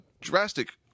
drastic